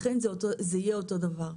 לכן זה יהיה אותו דבר.